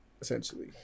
essentially